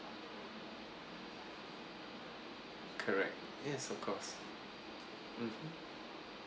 correct yes of course mm